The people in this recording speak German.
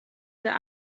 der